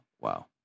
Wow